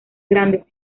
grandes